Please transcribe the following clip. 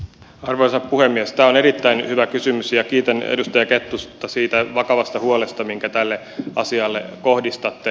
tämä on erittäin hyvä kysymys ja kiitän edustaja kettusta siitä vakavasta huolesta minkä tälle asialle kohdistatte